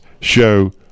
show